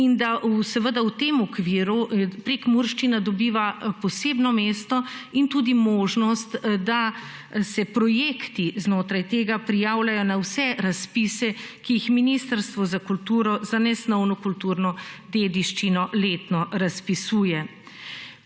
in da seveda v tem okviru prekmurščina dobiva posebno mesto in tudi možnost, da se projekti znotraj tega prijavljajo na vse razpise, ki jih Ministrstvo za kulturo za nesnovno kulturno dediščino letno razpisuje.